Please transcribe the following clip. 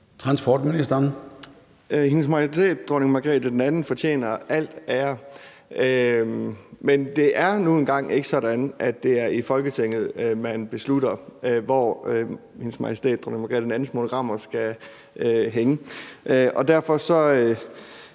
Danielsen): Hendes Majestæt Dronning Margrethe II fortjener al ære, men det er nu engang ikke sådan, at det er i Folketinget, man beslutter, hvor Hendes Majestæt Dronning Margrethe II's monogram skal hænge. Derfor er